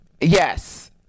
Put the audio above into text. Yes